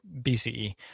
BCE